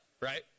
Right